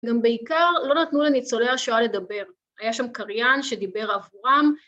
גם בעיקר לא נתנו לניצולי השואה לדבר, היה שם קריין שדיבר עבורם